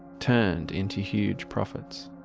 turned into huge profits.